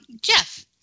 Jeff